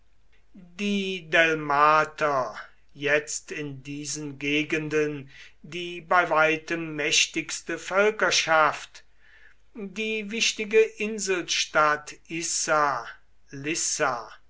die delmater jetzt in diesen gegenden die bei weitem mächtigste völkerschaft die wichtige inselstadt issa